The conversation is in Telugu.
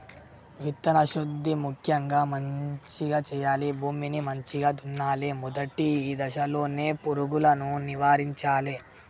విత్తన శుద్ధి ముక్యంగా మంచిగ చేయాలి, భూమిని మంచిగ దున్నలే, మొదటి దశలోనే పురుగులను నివారించాలే